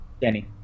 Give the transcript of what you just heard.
Danny